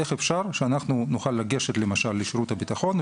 איך אפשר שאנחנו נוכל לגשת למשל לשירות הביטחון,